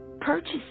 purchase